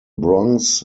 bronx